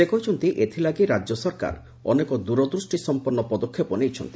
ସେ କହିଛନ୍ତି ଏଥଲାଗି ରାକ୍ୟ ସରକାର ଅନେକ ଦୂରଦୃଷ୍ଟିସମ୍ମନ୍ନ ପଦକ୍ଷେପ ନେଇଛନ୍ତି